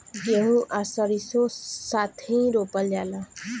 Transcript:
गेंहू आ सरीसों साथेही रोपल जाला